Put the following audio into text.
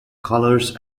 colours